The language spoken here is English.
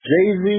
Jay-Z